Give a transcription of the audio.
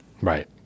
Right